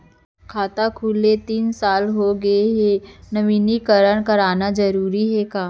खाता खुले तीन साल हो गया गये हे नवीनीकरण कराना जरूरी हे का?